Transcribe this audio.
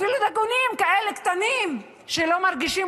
אפילו דגיגונים כאלה קטנים שלא מרגישים